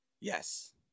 Yes